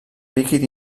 líquid